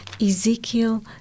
Ezekiel